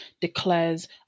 declares